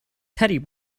teddy